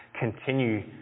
Continue